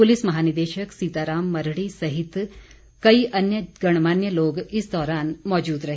police महानिदेशक सीताराम मरढ़ी समेत कई अन्य गणमान्य लोग इस दौरान मौजूद रहे